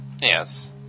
Yes